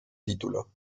título